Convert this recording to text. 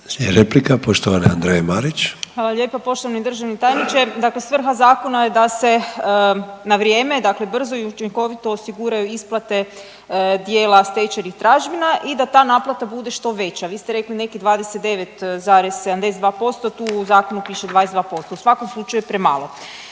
**Marić, Andreja (SDP)** Hvala lijepo poštovani državni tajniče. Dakle svrha Zakona je da se na vrijeme, dakle brzo i učinkovito osiguraju isplate dijela stečajnih tražbina i da ta naplata bude što veća. Vi ste rekli nekih 29,72%, tu u Zakonu piše 22%. U svakom slučaju premalo